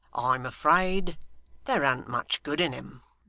i'm afraid there an't much good in em